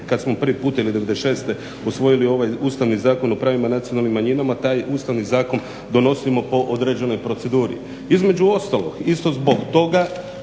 kad smo prvi put ili '96. usvojili ovaj Ustavni zakon o pravima nacionalnih manjina taj Ustavni zakon donosimo po određenoj proceduri. Između ostalog isto zbog toga